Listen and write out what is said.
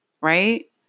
right